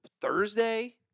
Thursday